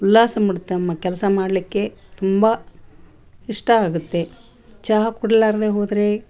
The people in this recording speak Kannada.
ಉಲ್ಲಾಸ ಮೂಡುತ್ತೆ ಅಮ್ಮ ಕೆಲಸ ಮಾಡಲಿಕ್ಕೆ ತುಂಬಾ ಇಷ್ಟ ಆಗತ್ತೆ ಚಹಾ ಕುಡ್ಲಾರದೆ ಹೋದರೆ